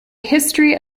history